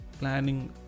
planning